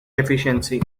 efficiency